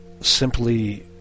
simply